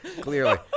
clearly